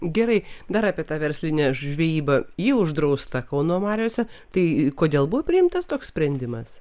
gerai dar apie tą verslinę žvejybą ji uždrausta kauno mariose tai kodėl buvo priimtas toks sprendimas